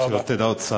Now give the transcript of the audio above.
שלא תדע עוד צער.